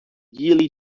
yearly